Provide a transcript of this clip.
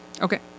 Okay